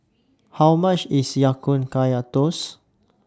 How much IS Ya Kun Kaya Toast